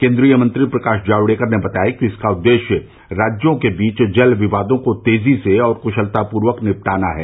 केन्द्रीय मंत्री प्रकाश जावडेकर ने बताया कि इसका उद्देश्य राज्यों के बीच जल विवादों को तेजी से और क्शलतापूर्वक निपटाना है